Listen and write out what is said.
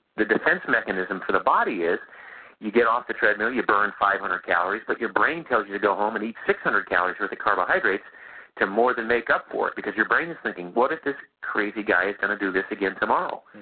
the defense mechanism to the body is you get off the treadmill, you burn five hundred calories, but your brain tells you to go home and eat six hundred calories with the carbohydrates to more than make up for it because your brain is thinking what if this crazy guy is going to do this again tomorrow